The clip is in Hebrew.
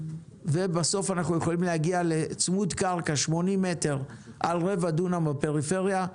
ובסוף אנחנו יכולים להגיע לצמוד קרקע 80 מטר על רבע דונם בפריפריה,